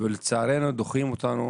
ולצערנו דוחים אותנו